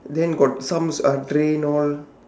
then got some uh drain all